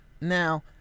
now